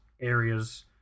areas